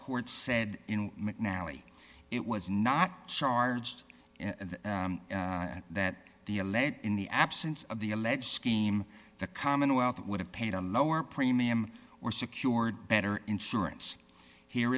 court said mcnally it was not charged that the a lead in the absence of the alleged scheme the commonwealth would have paid a lower premium or secured better insurance here